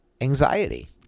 anxiety